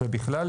ובכלל,